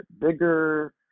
bigger